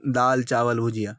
دال چاول بھوجیا